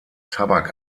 tabak